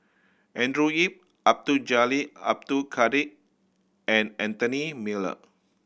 Andrew Yip Abdul Jalil Abdul Kadir and Anthony Miller